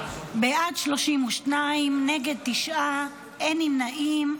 בעד, 32, נגד, תשעה, אין נמנעים,